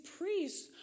priests